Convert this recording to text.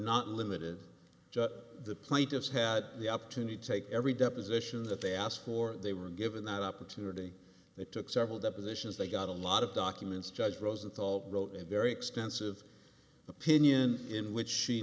not limited jut the plaintiffs had the opportunity to take every deposition that they asked for they were given that opportunity they took several depositions they got a lot of documents judge rosenthal wrote a very extensive opinion in which she